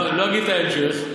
לא אגיד את ההמשך.